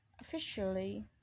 officially